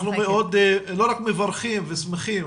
הלימודים מרחוק הם נותנים מענה מאוד